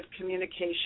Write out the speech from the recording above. communication